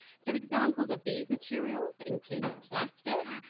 so examples of these materials include plastic,